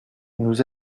nous